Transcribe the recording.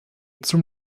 zum